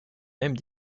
mêmes